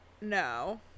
No